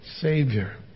Savior